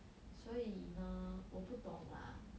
所以呢我不懂 lah